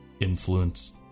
influence